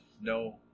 no